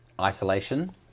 isolation